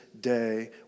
day